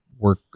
work